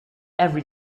every